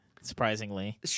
surprisingly